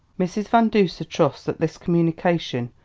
mrs. van duser trusts that this communication,